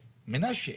מנשה.